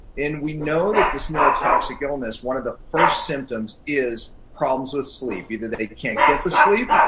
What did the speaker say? and we know that, this neurotoxic illness, one of the first symptoms is problems with sleep. either they can't get the sleep,